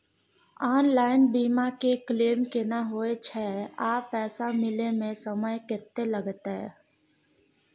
Online बीमा के claim केना होय छै आ पैसा मिले म समय केत्ते लगतै?